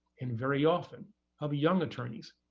and very often of young attorneys,